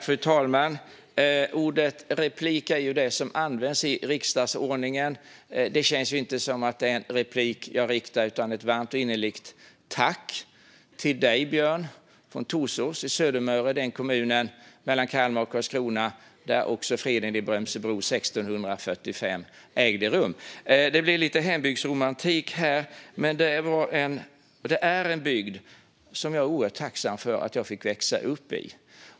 Fru talman! Ordet replik är ju det som används i riksdagsordningen. Det känns inte som att det är en replik utan ett varmt och innerligt tack jag riktar till dig, Björn Petersson, från Torsås i Södra Möre, den kommun mellan Kalmar och Karlskrona där freden i Brömsebro ägde rum 1645. Det blir lite hembygdsromantik här. Detta är en bygd som jag är oerhört tacksam för att jag fick växa upp i.